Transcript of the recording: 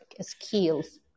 skills